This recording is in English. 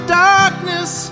darkness